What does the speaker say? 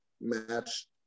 match